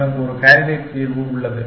எனக்கு ஒரு கேண்டிடேட் தீர்வு உள்ளது